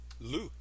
Luke